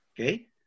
Okay